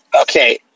Okay